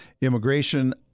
immigration